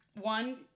one